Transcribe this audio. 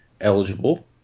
eligible